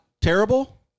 terrible